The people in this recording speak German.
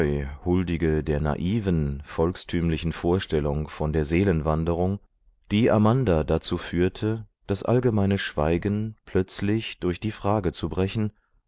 huldige der naiven volkstümlichen vorstellung von der seelenwanderung die amanda dazu führte das allgemeine schweigen plötzlich durch die frage zu brechen